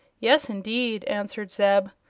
yes, indeed! answered zeb.